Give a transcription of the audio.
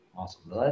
Awesome